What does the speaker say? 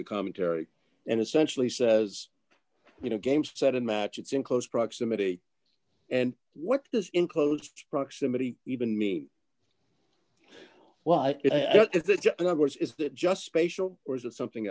the commentary and essentially says you know game set and match it's in close proximity and what was in close proximity even me well it's just spatial or is it something